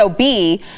sob